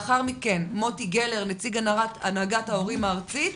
לאחר מכן מוטי גלר, נציג הנהגת ההורים הארצית,